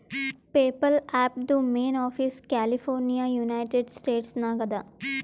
PayPal ಆ್ಯಪ್ದು main office California United States ನಾಗ್ ಅದಾ